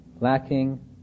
lacking